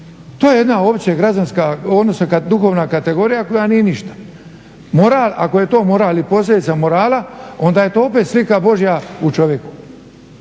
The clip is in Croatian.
To je jedna opće građanska, odnosno duhovna kategorija koja nije ništa. Moral, ako je to moral i posljedica morala onda je to opet slika Božja u čovjeku,